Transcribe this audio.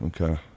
Okay